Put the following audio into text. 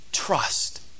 Trust